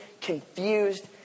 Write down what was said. confused